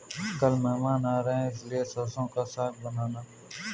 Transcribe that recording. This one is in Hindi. कल मेहमान आ रहे हैं इसलिए सरसों का साग बनाना